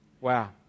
Wow